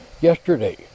Yesterday